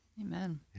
Amen